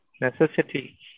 necessity